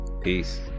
peace